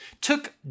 took